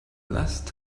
last